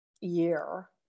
year